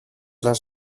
las